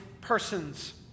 persons